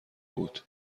بود